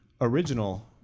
original